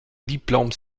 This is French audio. diplôme